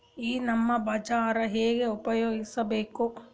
ಈ ನಮ್ ಬಜಾರ ಹೆಂಗ ಉಪಯೋಗಿಸಬೇಕು?